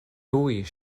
tuj